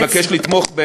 אני מבקש לתמוך.